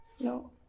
No